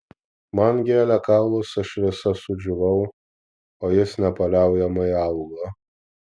man gėlė kaulus aš visa sudžiūvau o jis nepaliaujamai augo